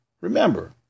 Remember